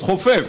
אז חופף,